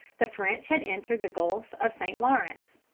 the french had entered the gulf of st. lawrence.